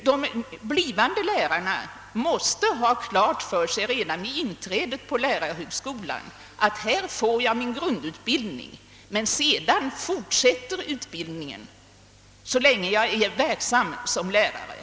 De blivande lärarna måste ha klart för sig redan vid inträdet på lärarhögskolan att »här får jag min grundutbildning, men sedan fortsätter utbildningen så länge jag är verksam som lärare».